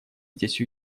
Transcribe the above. здесь